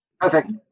perfect